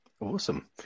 Awesome